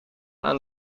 aan